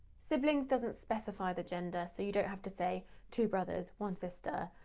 siblings doesn't specify the gender, so you don't have to say two brothers, one sister.